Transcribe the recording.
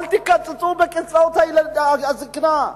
אל תקצצו בקצבאות הזיקנה.